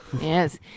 Yes